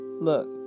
Look